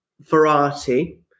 variety